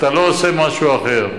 אתה לא עושה משהו אחר.